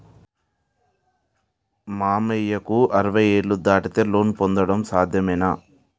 మామయ్యకు అరవై ఏళ్లు దాటితే లోన్ పొందడం సాధ్యమేనా?